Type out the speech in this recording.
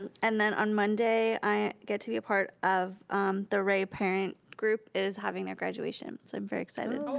and then on monday, i get to be part of the ray parent group is having their graduation, so i'm very excited.